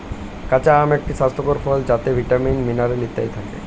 কাঁচা আম একটি স্বাস্থ্যকর ফল যাতে ভিটামিন, মিনারেল ইত্যাদি থাকে